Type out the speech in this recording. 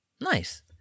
nice